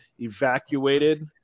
evacuated